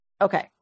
Okay